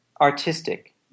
artistic